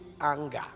anger